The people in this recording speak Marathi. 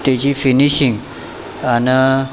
त्याची फिनिशिंग आणि